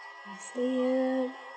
I stay here